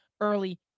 early